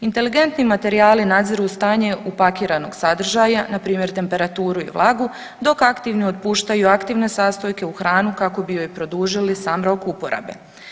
Inteligentni materijali nadziru stanje upakiranog sadržaja npr. temperaturu i vlagu dok aktivni otpuštaju aktivne sastojke u hranu kako bi joj produžili sam rok uporabe.